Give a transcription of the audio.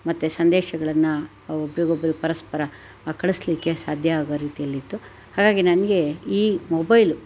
ಮತ್ತು ಸಂದೇಶಗಳನ್ನು ಒಬ್ಬರಿಗೊಬ್ರು ಪರಸ್ಪರ ಕಳಿಸ್ಲಿಕ್ಕೆ ಸಾಧ್ಯ ಆಗೋ ರೀತಿಯಲ್ಲಿತ್ತು ಹಾಗಾಗಿ ನನಗೆ ಈ ಮೊಬೈಲು